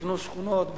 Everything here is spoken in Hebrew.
יבנו שכונות,